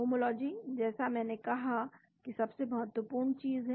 homology जैसे मैंने कहा कि सबसे महत्वपूर्ण चीज है